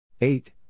Eight